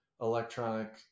electronic